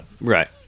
Right